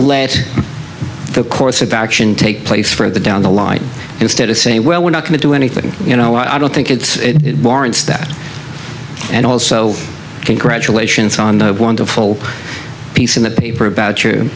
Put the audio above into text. let the course of action take place for the down the line instead of saying well we're not going to do anything you know i don't think it's warrants that and also congratulations on the wonderful piece in the paper about